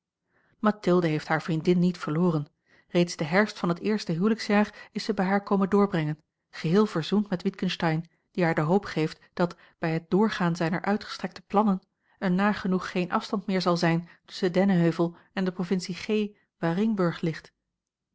mathilde heeft hare vriendin niet verloren reeds den herfst van het eerste huwelijksjaar is zij bij haar komen doorbrengen geheel verzoend met witgensteyn die haar de hoop geeft dat bij het doorgaan zijner uitgestrekte plannen er nagenoeg geen afstand meer zal zijn tusschen dennenheuvel en de provincie g waar ringburg ligt